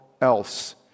else